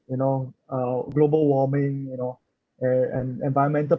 you know uh global warming you know and and environmental